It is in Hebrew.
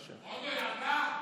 היא אמרה "הלכה"